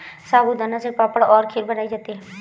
साबूदाना से पापड़ और खीर बनाई जाती है